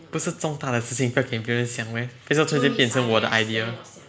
不是重大的事情不要给别人想 meh 等下最后变成我的 idea